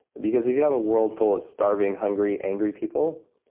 because if you have a world full of starving, hungry angry people,